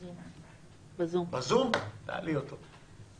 שלום מיה, בוקר טוב.